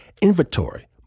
inventory